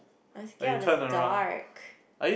I'm scared of the dark